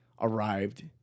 arrived